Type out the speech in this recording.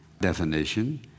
definition